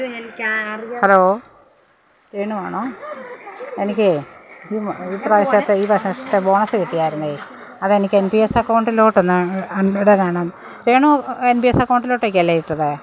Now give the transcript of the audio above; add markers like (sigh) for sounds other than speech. hello Renu ആണോ എനിക്ക് ഈ പ്രാവശ്യത്തെ ഈ വര്ഷത്തെ ബോണസ് കിട്ടിയായിരുന്നു അതെനിക്ക് N P S അക്കൗണ്ടിലോട്ടൊന്നു (unintelligible) Renu N P S അക്കൗണ്ടിലേക്കല്ലേ ഇട്ടത്